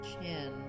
chin